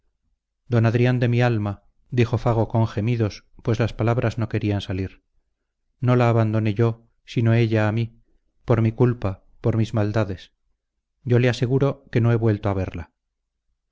d adrián de mi alma dijo fago con gemidos pues las palabras no querían salir no la abandoné yo sino ella a mí por mi culpa por mis maldades yo le aseguro que no he vuelto a verla